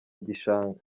gishanga